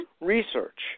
research